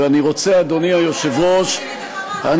ואני רוצה, אדוני היושב-ראש, כי אתם, את ה"חמאס".